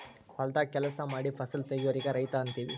ಹೊಲದಾಗ ಕೆಲಸಾ ಮಾಡಿ ಫಸಲ ತಗಿಯೋರಿಗೆ ರೈತ ಅಂತೆವಿ